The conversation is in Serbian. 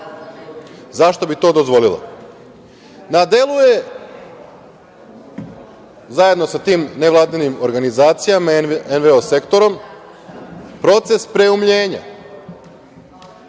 Zašto bi to dozvolila? Na delu je, zajedno sa tim nevladinim organizacijama, NVO sektorom, proces preumljenja.